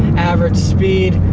average speed,